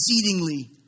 exceedingly